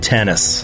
Tennis